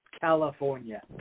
California